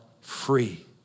free